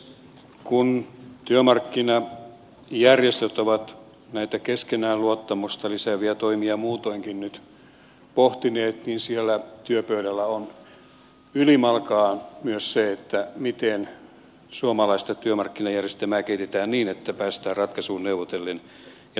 kun työmarkkinajärjestöt ovat näitä keskinäistä luottamusta lisääviä toimia muutoinkin nyt pohtineet niin siellä työpöydällä on ylimalkaan myös se miten suomalaista työmarkkinajärjestelmää kehitetään niin että päästään ratkaisuun neuvotellen ja sopien